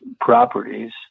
properties